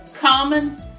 common